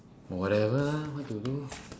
whatever lah what to do